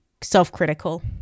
self-critical